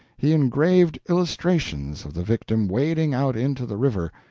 he engraved illustrations of the victim wading out into the river,